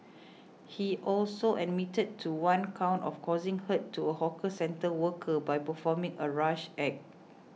he also admitted to one count of causing hurt to a hawker centre worker by performing a rash act